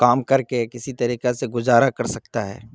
کام کر کے کسی طریقے سے گزارا کر سکتا ہے